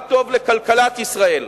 מה טוב לכלכלת ישראל,